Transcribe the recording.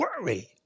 worry